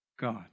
God